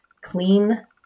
clean